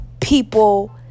people